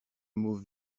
mot